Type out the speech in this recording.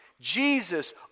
jesus